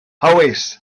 hawys